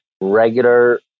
regular